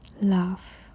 love